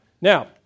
Now